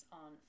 on